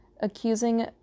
accusing